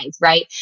right